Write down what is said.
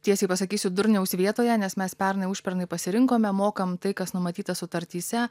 tiesiai pasakysiu durniaus vietoje nes mes pernai užpernai pasirinkome mokam tai kas numatyta sutartyse